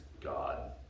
God